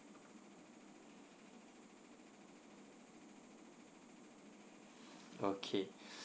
okay